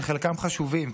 שחלקם חשובים,